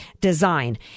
design